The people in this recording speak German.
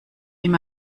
ihm